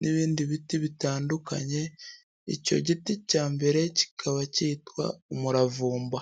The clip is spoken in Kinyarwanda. n'ibindi biti bitandukanye, icyo giti cya mbere kikaba cyitwa umuravumba.